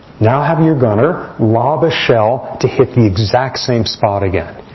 now have you gunner lob a shell to hit the exact same spot again,